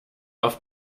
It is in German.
auf